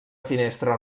finestra